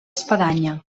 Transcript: espadanya